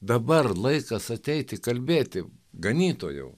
dabar laikas ateiti kalbėti ganytojau